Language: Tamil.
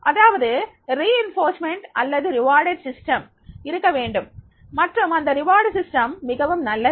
அதாவது வலுவூட்டல் அல்லது வெகுமதி அளித்தல் அமைப்பு இருக்க வேண்டும் மற்றும் அந்த வெகுமதி அளிக்கும் அமைப்பு மிகவும் நல்லது